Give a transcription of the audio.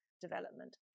development